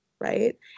right